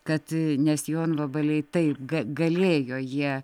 kad nes jonvabaliai taip galėjo jie